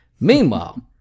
Meanwhile